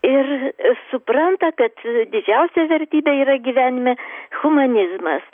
ir supranta kad didžiausia vertybė yra gyvenime humanizmas